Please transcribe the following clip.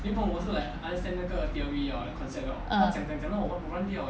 ah